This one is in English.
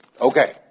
Okay